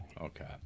Okay